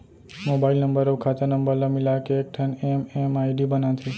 mobile number अउ खाता number ल मिलाके एकठन एम.एम.आई.डी बनाथे